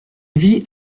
vit